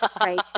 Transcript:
right